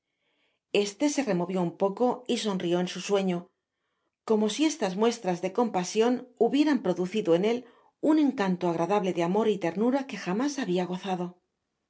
este se removió un poco y sonrió en su sueño como si estas muestras de compasion hubieran producido en él un encanto agradable de amor y ternura que jamás habia gozado